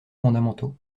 fondamentaux